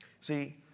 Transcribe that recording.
See